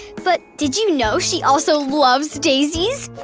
but did you know she also loves daisies?